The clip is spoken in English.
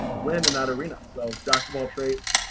when in that arena, so jack of all trades,